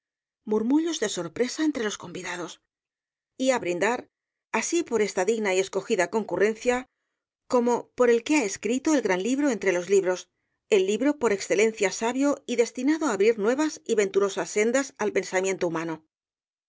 banquete vendrá á llenar nuestras copas mtermullos de sorpresa entre los convidados y á brindar así por esta digna y escogida concurrencia como por el que ha escrito e l gran libro entre los libros el libro por excelencia sabio y destinado á abrir nuevas y venturosas sendas al pensamiento humano